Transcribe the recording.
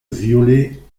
violet